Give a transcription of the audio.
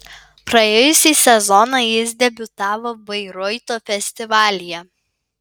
praėjusį sezoną jis debiutavo bairoito festivalyje